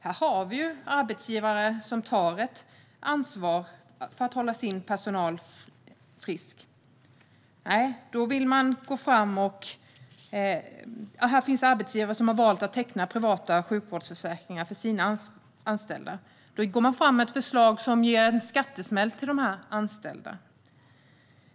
Här har vi arbetsgivare som tar ansvar för att hålla sin personal frisk. Här finns arbetsgivare som har valt att teckna privata sjukvårdsförsäkringar för sina anställda. Då går regeringen fram med ett förslag som ger en skattesmäll till dessa anställda.